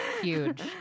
Huge